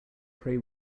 prey